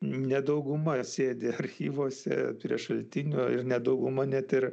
ne dauguma sėdi archyvuose prie šaltinio ir ne dauguma net ir